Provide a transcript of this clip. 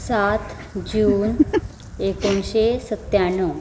सात जून एकोणीशें सत्याण्णव